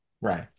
Right